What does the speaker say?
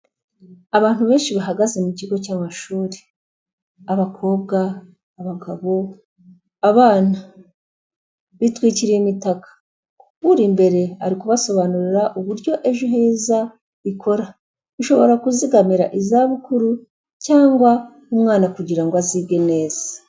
Abantu benshi bahagaze mu kigo cy'amashuri, abakobwa, abagabo, abana bitwikiriye imitakaga, uri imbere ari kubasobanurira uburyo Ejo heza ikora, ushobora kuzigamira izabukuru cyangwa umwana kugira ngo azige neza.